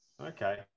Okay